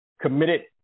committed